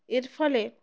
এর ফলে